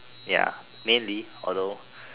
ya mainly although